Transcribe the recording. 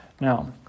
Now